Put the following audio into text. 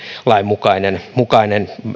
mukainen mukainen